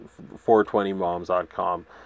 420moms.com